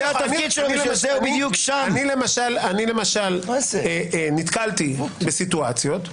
אני למשל נתקלתי במצבים,